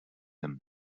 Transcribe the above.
him